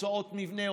הוצאות מבנה,